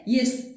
Jest